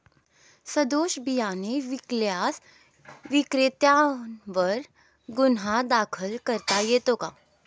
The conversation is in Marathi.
सदोष बियाणे विकल्यास विक्रेत्यांवर गुन्हा दाखल करता येतो का?